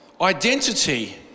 identity